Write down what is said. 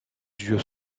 yeux